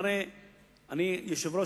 הרי אני יושב-ראש,